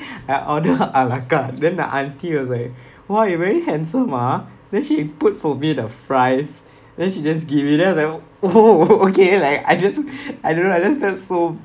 I order ala carte then the auntie was like !wah! you very handsome ah then she put for me the fries then she just give me then I was like oo o~ okay like I just I don't know I just felt so